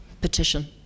petition